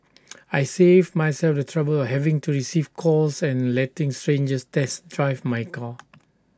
I saved myself the trouble of having to receive calls and letting strangers test drive my car